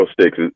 Sticks